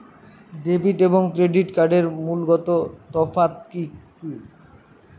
Debit এবং credit কার্ডের মূলগত তফাত কি কী?